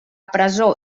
presó